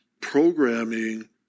programming